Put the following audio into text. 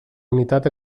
unitat